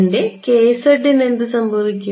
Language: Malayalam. എൻറെ ന് എന്തു സംഭവിക്കും